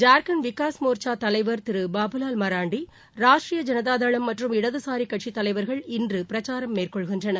ஜார்க்கண்ட் விகாஸ் மோர்ச்சா தலைவர் திரு பாபுலால் மராண்டி ராஷ்டீரிய ஜனதா தளம் மற்றும் இடதுசாரி கட்சித் தலைவர்கள் இன்று பிரச்சாரம் மேற்கொள்கின்றனர்